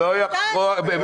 קטן.